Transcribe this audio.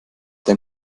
dein